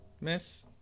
miss